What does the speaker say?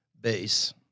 base